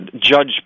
Judge